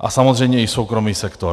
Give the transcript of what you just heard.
a samozřejmě i soukromý sektor.